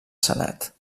senat